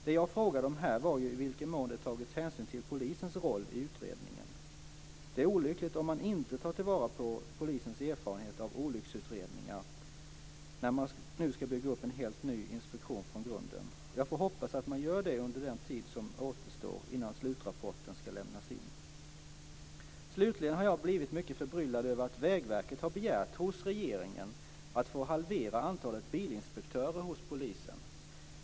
Det jag frågade om här var i vilken mån det tagits hänsyn till polisens roll i utredningen. Det är olyckligt om man inte tar till vara polisens erfarenhet av olycksutredningar när man nu ska bygga upp en helt ny inspektion från grunden. Jag får hoppas att man gör det under den tid som återstår innan slutrapporten ska lämnas in. Slutligen har jag blivit mycket förbryllad över att Vägverket har begärt hos regeringen att få halvera antalet bilinspektörer hos polisen.